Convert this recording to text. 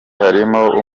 harimo